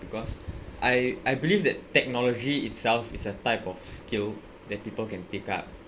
because I I believe that technology itself is a type of skill that people can pick up